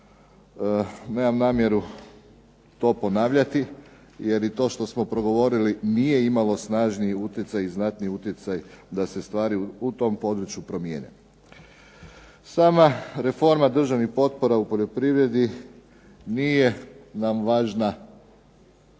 nemam namjeru to ponavljati jer i to što smo progovorili nije imalo snažniji utjecaj i znatniji utjecaj da se stvari u tom području promijene. Sama reforma državnih potpora u poljoprivredi nije nam važna,